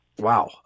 wow